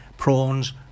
prawns